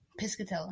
Piscatella